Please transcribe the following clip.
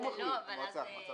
הוא מחליט, מה זאת אומרת?